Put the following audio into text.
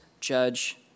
judge